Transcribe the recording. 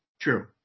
True